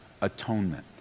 atonement